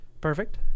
Perfect